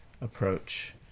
approach